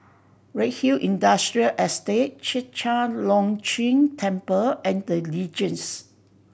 Redhill Industrial Estate Chek Chai Long Chuen Temple and The Legends